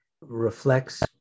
reflects